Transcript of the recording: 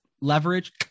leverage